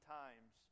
times